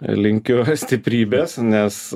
linkiu stiprybės nes